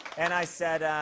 and i said,